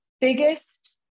biggest